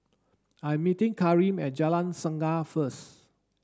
I'm meeting Karim at Jalan Singa first